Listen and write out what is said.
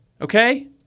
Okay